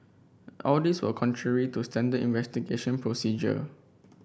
all these were contrary to standard investigation procedure